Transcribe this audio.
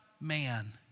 man